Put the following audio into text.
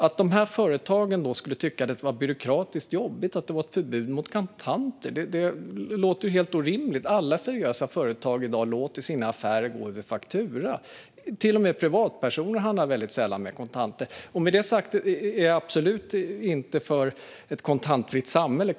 Att dessa företag skulle tycka att det är byråkratiskt jobbigt med ett förbud mot kontanter låter helt orimligt. Alla seriösa företag i dag låter sina affärer gå över faktura. Till och med privatpersoner handlar sällan med kontanter. Med det sagt är jag absolut inte för ett kontantfritt samhälle.